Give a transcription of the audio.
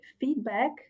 feedback